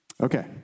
Okay